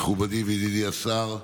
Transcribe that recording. מכובדי וידידי השר,